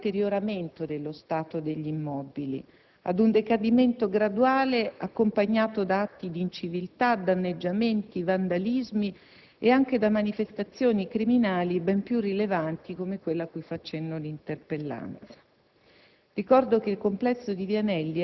Ciòha condotto ad un grave deterioramento dello stato degli immobili, ad un decadimento graduale accompagnato da atti di inciviltà, danneggiamenti, vandalismi e anche da manifestazioni criminali ben più rilevanti, come quella cui fa cenno l'interpellanza.